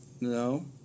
no